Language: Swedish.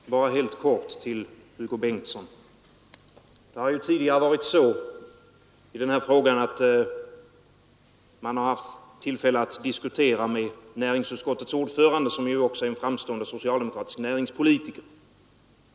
Fru talman! Bara helt kort till Hugo Bengtsson: Det har tidigare varit så, att man i denna fråga har haft tillfälle att diskutera med näringsutskottets ordförande, som ju också är en framstående socialdemokratisk näringspolitiker.